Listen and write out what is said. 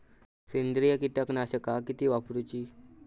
सेंद्रिय कीटकनाशका किती वापरूची?